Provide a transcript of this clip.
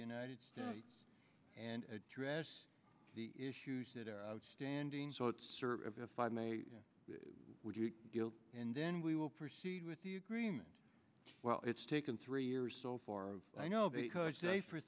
united states and address the issues that are outstanding so it sir would you and then we will proceed with the agreement well it's taken three years so far i know because they for